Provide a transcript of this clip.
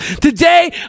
Today